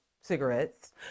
cigarettes